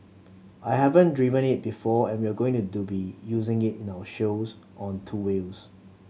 I haven't driven it before and we're going to be using it in our shows on two wheels